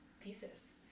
pieces